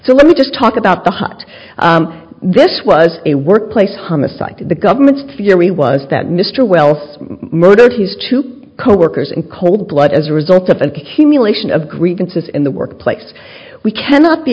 so let me just talk about the hot this was a workplace homicide the government's theory was that mr wells murdered his to coworkers in cold blood as a result of an accumulation of grievances in the workplace we cannot be